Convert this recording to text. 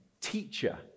teacher